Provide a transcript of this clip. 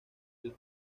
los